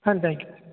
ah thank you